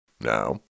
Now